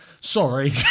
sorry